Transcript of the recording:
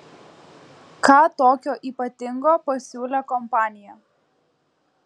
ką tokio ypatingo pasiūlė kompanija